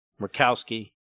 Murkowski